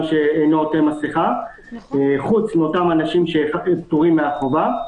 שאינו עוטה מסיכה חוץ מאותם אנשים שפטורים מהחובה,